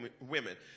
women